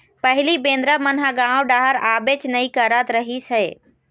पहिली बेंदरा मन ह गाँव डहर आबेच नइ करत रहिस हे